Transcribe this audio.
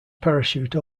parachute